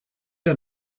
der